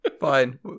fine